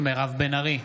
מירב בן ארי,